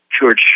George